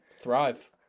thrive